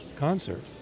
Concert